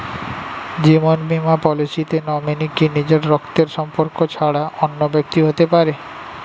জীবন বীমা পলিসিতে নমিনি কি নিজের রক্তের সম্পর্ক ছাড়া অন্য ব্যক্তি হতে পারে?